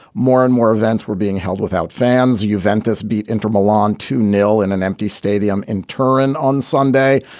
more and more events were being held without fans. you ventas beat inter milan, two nil in an empty stadium in turin on sunday.